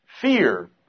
fear